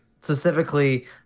specifically